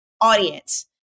audience